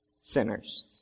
sinners